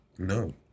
No